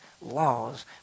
laws